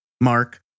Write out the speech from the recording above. Mark